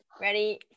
Ready